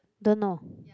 don't know